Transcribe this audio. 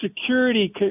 security